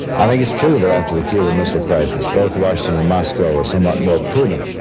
i think it's true that after the cuban missile crisis both washington and moscow are somewhat more prudent